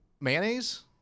Mayonnaise